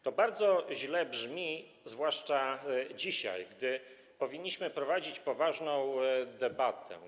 To bardzo źle brzmi zwłaszcza dzisiaj, gdy powinniśmy prowadzić poważną debatę.